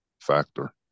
factor